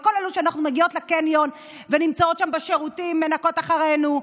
על כל אלה שכשאנחנו מגיעות לקניון נמצאות שם בשירותים ומנקות אחרינו.